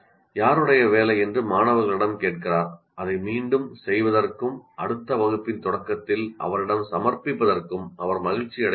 யாருடைய வேலை என்று மாணவர்களிடம் கேட்கிறார் அதை மீண்டும் செய்வதற்கும் அடுத்த வகுப்பின் தொடக்கத்தில் அவரிடம் சமர்ப்பிப்பதற்கும் அவர் மகிழ்ச்சியடையவில்லை